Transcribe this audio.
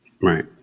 Right